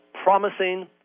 promising